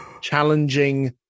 challenging